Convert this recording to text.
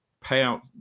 payout